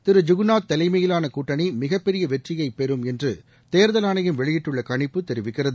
திரு ஜுகுநாத் தலைமையிலான கூட்டணி மிகப்பெரிய வெற்றியை பெறும் என்று தேர்தல் ஆணையம் வெளியிட்டுள்ள கணிப்பு தெரிவிக்கிறது